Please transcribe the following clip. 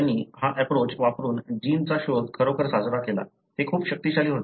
त्यांनी हा एप्रोच वापरून जीनचा शोध खरोखर साजरा केला ते खूप शक्तिशाली होते